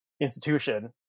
institution